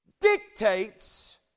dictates